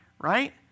right